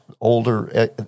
older